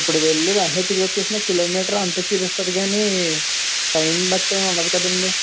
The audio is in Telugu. ఇప్పుడు వెళ్ళి వెంటనే తిరిగొచ్చేసిన కిలోమీటర్ అంతే చూపిస్తుంది కానీ టైమ్ని బట్టి ఏముండదు కాదండి